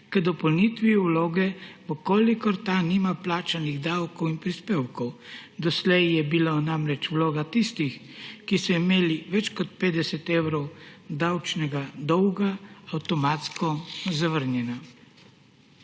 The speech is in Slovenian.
k dopolnitvi vloge, če ta nima plačanih davkov in prispevkov. Doslej je bila namreč vloga tistih, ki so imeli več kot 50 evrov davčnega dolga, avtomatsko zvrnjena.